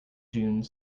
june